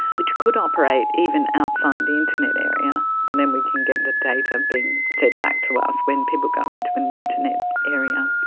which could operate even outside the internet area, but then we can get the data being fed back to us when people go into an internet area.